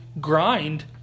grind